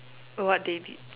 what they did